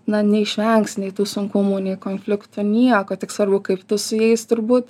na neišvengsi nei tų sunkumų nei konfliktų nieko tik svarbu kaip tu su jaus turbūt